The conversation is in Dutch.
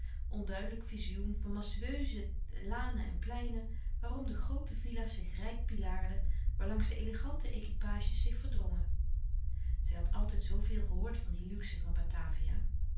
onduidelijk vizioen van majestueuze lanen en pleinen waarom de groote villa's zich rijk pilaarden waarlangs de elegante equipages zich verdrongen zij had altijd zooveel gehoord van die luxe van batavia